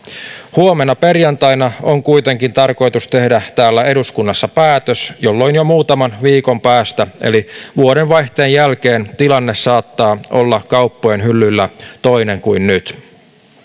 huomenna perjantaina on kuitenkin tarkoitus tehdä täällä eduskunnassa päätös jolloin jo muutaman viikon päästä eli vuodenvaihteen jälkeen tilanne saattaa olla kauppojen hyllyillä toinen kuin nyt